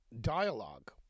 dialogue